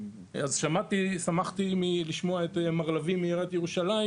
אז שמחתי לשמוע את מר לביא מעיריית ירושלים,